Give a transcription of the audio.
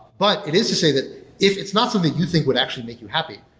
but it is to say that if it's not something you think would actually make you happy,